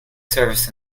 service